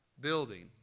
building